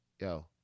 yo